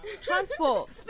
Transport